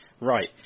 Right